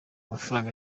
amafaranga